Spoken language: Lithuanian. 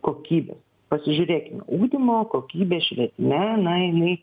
kokybės pasižiūrėkime ugdymo kokybė švietime na jinai